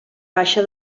baixa